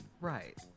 right